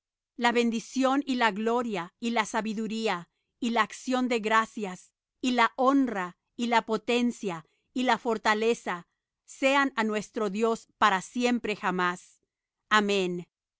la bendición y la gloria y la sabiduría y la acción de gracias y la honra y la potencia y la fortaleza sean á nuestro dios para siempre jamás amén